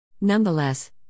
Nonetheless